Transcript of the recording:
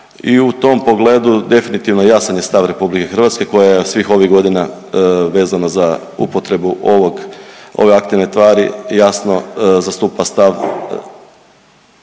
I u tom pogledu definitivno jasan je stav RH koja je od svih ovih godina vezana za upotrebu ove aktivne tvari i jasno zastupa stav